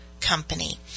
Company